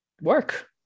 work